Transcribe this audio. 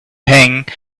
hang